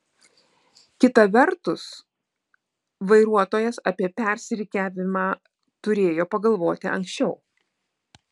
kita vertus vairuotojas apie persirikiavimą turėjo pagalvoti anksčiau